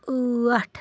ٲٹھ